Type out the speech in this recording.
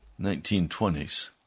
1920s